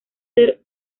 ser